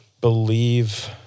believe